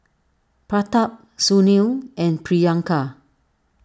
Pratap Sunil and Priyanka